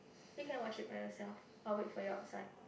you can watch it by yourself I wait for you outside